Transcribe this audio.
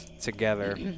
together